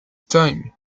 time